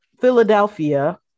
Philadelphia